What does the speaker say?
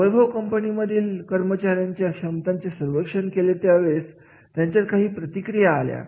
वैभव company मधील कर्मचाऱ्यांचे क्षमतांची सर्वेक्षण केले त्यावेळेस याच्यावर काही प्रतिक्रिया आल्या